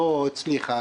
לא הצליחה,